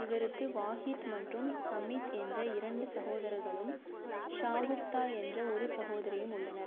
இவருக்கு வாகீத் மற்றும் ஹமீத் என்ற இரண்டு சகோதரர்களும் ஷாகுப்தா என்ற ஒரு சகோதரியும் உள்ளனர்